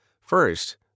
First